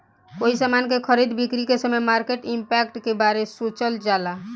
कोई समान के खरीद बिक्री के समय मार्केट इंपैक्ट के बारे सोचल जाला